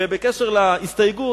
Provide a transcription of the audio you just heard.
בקשר להסתייגות,